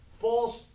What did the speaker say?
false